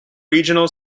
regional